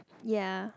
ya